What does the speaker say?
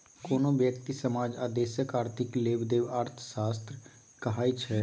कोनो ब्यक्ति, समाज आ देशक आर्थिक लेबदेब अर्थशास्त्र कहाइ छै